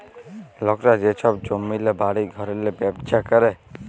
লকরা যে ছব জমিল্লে, বাড়ি ঘরেল্লে ব্যবছা ক্যরে